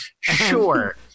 Sure